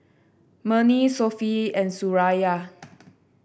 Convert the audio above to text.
Murni Sofea and Suraya